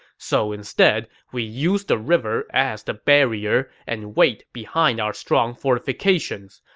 so instead, we use the river as the barrier and wait behind our strong fortifications.